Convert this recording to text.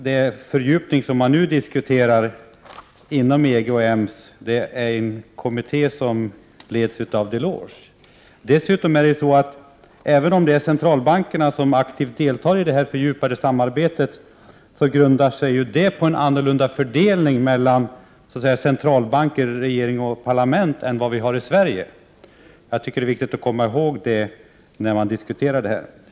Den fördjupning som man nu diskuterar inom EG och EMS är en kommitté som leds av Delors. Att centralbankerna aktivt deltar i det fördjupade samarbetet grundar sig ju på en fördelning mellan centralbank, regering och parlament än den som vi har i Sverige. Det är viktigt att komma ihåg det när man diskuterar detta.